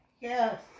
Yes